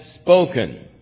spoken